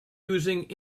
using